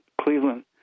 Cleveland